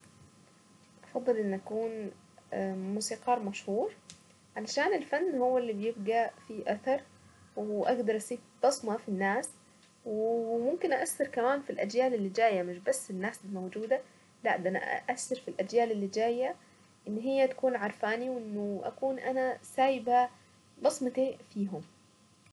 افضل ان اكون امم موسيقار مشهور، علشان الفن هو اللي بيبقى في اثر واقدر اسيب بصمة في الناس، وممكن أاثر كمان في الاجيال اللي جاية مش بس الناس الموجودة، لا ده انا ااثر في الاجيال اللي جاية ان هي تكون عارفاني وانه اكون انا سايبة بصمتي فيهم.